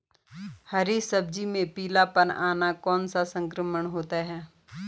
हरी सब्जी में पीलापन आना कौन सा संक्रमण होता है?